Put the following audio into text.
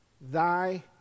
Thy